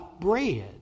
bread